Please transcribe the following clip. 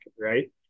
right